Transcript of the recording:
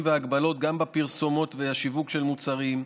והגבלות גם בפרסומות ובשיווק של מוצרים,